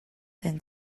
than